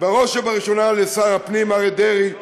בראש ובראשונה לשר הפנים אריה דרעי,